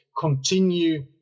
continue